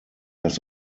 das